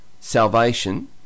salvation